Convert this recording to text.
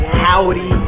howdy